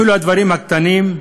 אפילו הדברים הקטנים,